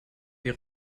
die